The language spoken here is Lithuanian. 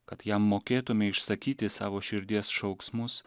kad jam mokėtume išsakyti savo širdies šauksmus